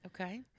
Okay